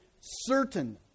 certain